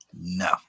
No